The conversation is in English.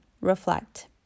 reflect